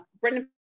Brendan